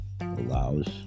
allows